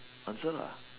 answer